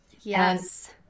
Yes